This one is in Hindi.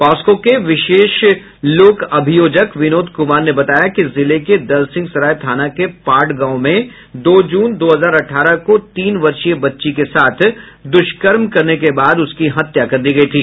पास्को के विशेष लोक अभियोजक विनोद कुमार ने बताया कि जिले के दलसिंहसराय थाना के पांड़ गांव मे दो जून दो हजार अठारह को तीन वर्षीय बच्ची के साथ दुष्कर्म करने के बाद उसकी हत्या कर दी गई थी